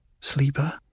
Sleeper